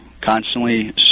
constantly